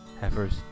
heifers